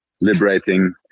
Liberating